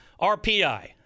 RPI